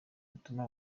bituma